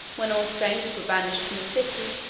when all strangers were banished from the city,